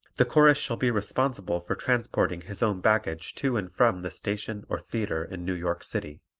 the chorus shall be responsible for transporting his own baggage to and from the station or theatre in new york city.